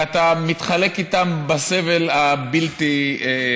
ואתה מתחלק איתם בסבל הבלתי-יתואר.